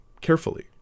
carefully